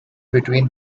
between